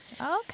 Okay